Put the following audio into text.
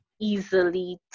easily